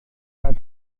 ratus